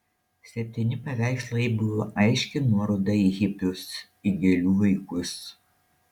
septyni paveikslai buvo aiški nuoroda į hipius į gėlių vaikus